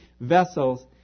vessels